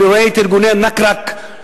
אני רואה את ארגוני, חבר הכנסת